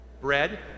Bread